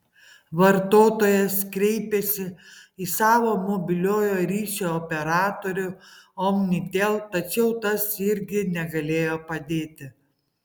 vartotojas kreipėsi į savo mobiliojo ryšio operatorių omnitel tačiau tas irgi negalėjo padėti